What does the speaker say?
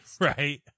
Right